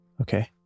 Okay